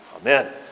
Amen